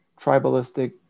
tribalistic